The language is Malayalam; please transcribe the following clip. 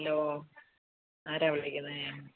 ഹലോ ആരാണ് വിളിക്കുന്നത്